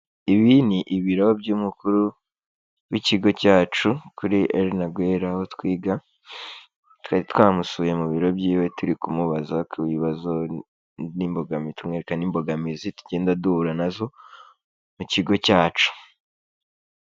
Ibi ni ibiro by'umukuru w'ikigo cyacu kuri Elinagweri aho twiga. Twari twamusuye mu biro by'iwe turikumubaza ku bibazo n'imbogamizi. Tumwereka n'imbogamizi tugenda duhura na zo mu kigo cyacu.